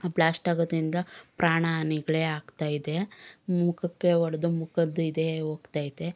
ಬ್ಲಾಶ್ಟಾಗೋದ್ರಿಂದ ಪ್ರಾಣ ಹಾನಿಗಳೇ ಆಗ್ತಾಯಿದೆ ಮುಖಕ್ಕೆ ಹೊಡ್ದು ಮುಖದ್ದಿದೇ ಹೋಗ್ತೈತೆ